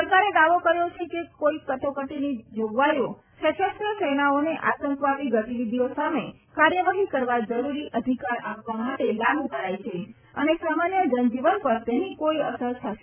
સરકારે દાવો કર્યો છે કે કટોકટીની જોગવાઈઓ સશસ્ત્ર સેનાઓને આતંકવાદી ગતિવીધિઓ સામે કાર્યવાહી કરવા જરૂરી અધિકાર આપવા માટે લાગુ કરાઈ છે અને સામાન્ય જનજીવન પર તેની કોઈ અસર નહી થાય